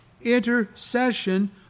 intercession